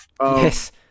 Yes